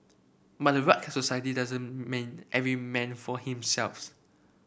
but a rugged society doesn't mean every man for